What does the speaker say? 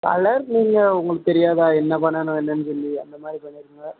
colour நீங்கள் உங்களுக்கு தெரியாதா என்ன பண்ணணும் என்னென்னு சொல்லி அந்த மாதிரி பண்ணிவிடுங்க